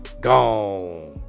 Gone